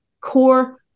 core